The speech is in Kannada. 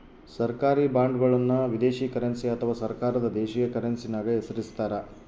ಸರ್ಕಾರಿ ಬಾಂಡ್ಗಳನ್ನು ವಿದೇಶಿ ಕರೆನ್ಸಿ ಅಥವಾ ಸರ್ಕಾರದ ದೇಶೀಯ ಕರೆನ್ಸ್ಯಾಗ ಹೆಸರಿಸ್ತಾರ